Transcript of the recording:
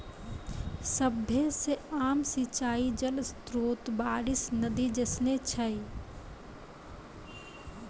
सभ्भे से आम सिंचाई जल स्त्रोत बारिश, नदी जैसनो छै